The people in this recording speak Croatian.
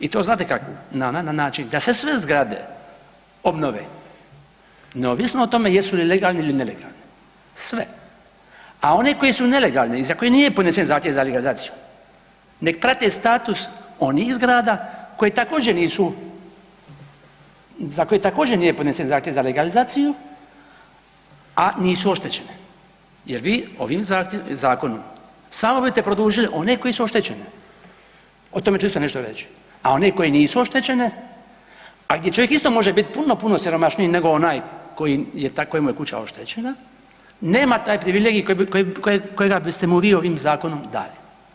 I to znate kakvu, na način da se sve zgrade obnove neovisno o tome jesu li legalne ili nelegalne sve, a one koje su nelegalne i za koje nije podnesen zahtjev za legalizaciju nek prate status onih zgrada koje također nisu, za koje također nije podnesen zahtjev za legalizaciju a nisu oštećene jer vi ovim zakonom samo bite produžili one koje su oštećene, o tome ću isto nešto reći, a one koje nisu oštećene, a gdje čovjek isto može biti puno, puno siromašniji koji je ta kojemu je kuća oštećena nema taj privilegij kojega biste mu vi ovim zakonom dali.